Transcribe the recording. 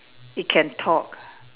it can talk